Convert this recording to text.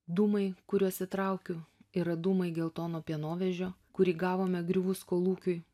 dūmai kuriuos įtraukiu yra dūmai geltono pienovežio kurį gavome griuvus kolūkiui